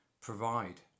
provide